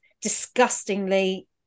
disgustingly